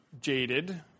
jaded